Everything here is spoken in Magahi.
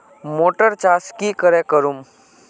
मोटर चास की करे करूम?